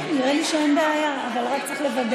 כן, נראה לי שאין בעיה, אבל רק צריך לוודא.